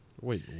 Wait